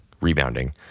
rebounding